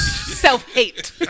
Self-hate